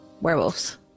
Werewolves